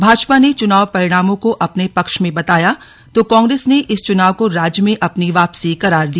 भाजपा ने चुनाव परिणामों को अपने पक्ष में बताया तो कांग्रेस ने इस चुनाव को राज्य में अपनी वापसी करार दिया